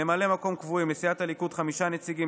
ממלאי מקום קבועים: לסיעת הליכוד חמישה נציגים,